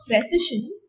precision